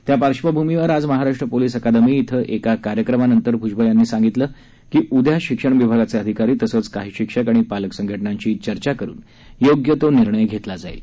त्या पार्श्वभूमीवर आज महाराष्ट्र पोलीस अकादमी इथं एका कार्यक्रमानंतर भ्जबळ यांनी सांगितलं की उद्या शिक्षण विभागाचे अधिकारी तसंच काही शिक्षक आणि पालक संघटनांशी चर्चा करून योग्य तो निर्णय घेण्यात येईल